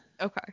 Okay